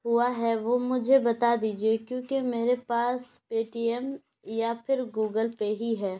ہوا ہے وہ مجھے بتا دیجیے کیونکہ میرے پاس پے ٹی ایم یا پھر گوگل پے ہی ہے